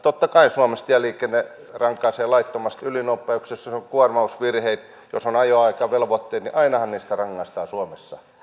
totta kai suomessa tieliikenteessä rangaistaan laittomasta ylinopeudesta ja jos on kuormausvirhe jos on ajoaikavelvoitteet niin ainahan niistä rangaistaan suomessa